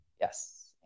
Yes